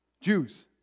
Jews